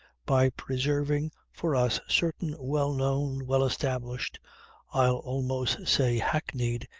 by preserving for us certain well known, well-established, i'll almost say hackneyed,